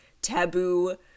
taboo